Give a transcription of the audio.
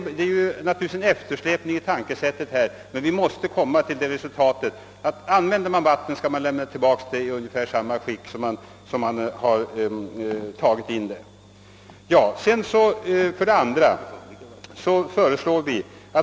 Detta är naturligtvis en eftersläpning i tänkesättet. Vi måste komma fram till det betraktelsesättet att om någon använder vattnet, så skall han lämna det tillbaka i samma skick som han tagit in det. »2.